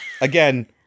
Again